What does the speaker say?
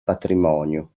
patrimonio